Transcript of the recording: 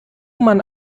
man